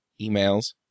emails